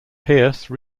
pierce